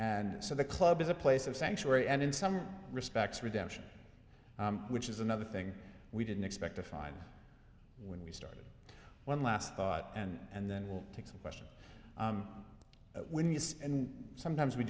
and so the club is a place of sanctuary and in some respects redemption which is another thing we didn't expect to find when we started one last thought and then we'll take some questions when you see and sometimes we